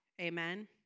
Amen